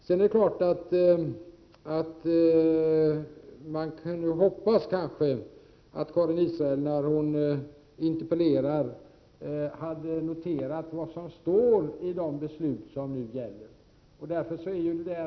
Sedan är det klart att man kunde hoppas att Karin Israelsson, när hon interpellerade, hade noterat vad som står i de beslut som gäller.